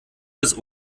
bis